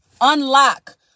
unlock